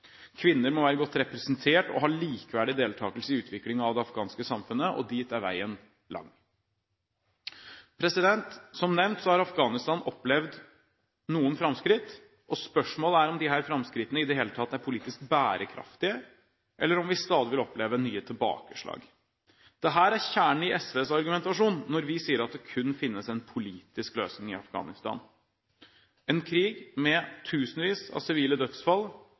kvinner og menn. Kvinner må være godt representert og ha likeverdig deltakelse i utviklingen av det afghanske samfunnet. Dit er veien lang. Som nevnt har Afghanistan opplevd noen framskritt. Spørsmålet er om disse framskrittene i det hele tatt er politisk bærekraftige, eller om vi stadig vil oppleve nye tilbakeslag. Dette er kjernen i SVs argumentasjon når vi sier at det kun finnes en politisk løsning i Afghanistan. En krig med tusenvis av sivile dødsfall